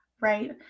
right